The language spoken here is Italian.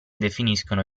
definiscono